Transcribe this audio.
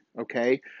okay